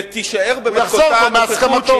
ותישאר במתכונתה הנוכחית,